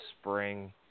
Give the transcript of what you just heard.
spring